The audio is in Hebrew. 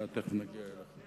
תיכף נגיע אליך.